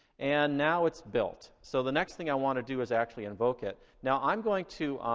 and now it's built. so the next thing i wanna do is actually invoke it. now, i'm going to,